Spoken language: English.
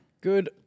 Good